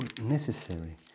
necessary